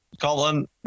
Colin